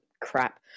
crap